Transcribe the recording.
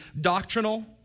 doctrinal